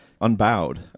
unbowed